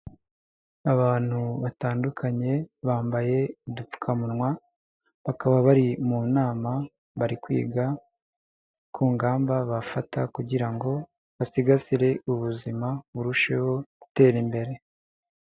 Abantu batandukanye bambaye udupfukamunwa bakaba bari mu nama, bari kwiga ku ngamba bafata kugira ngo basigasire ubuzima burusheho gutera imbere.